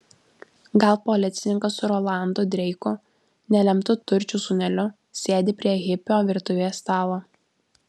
gal policininkas su rolandu dreiku nelemtu turčių sūneliu sėdi prie hipio virtuvės stalo